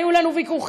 היו לנו ויכוחים,